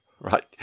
right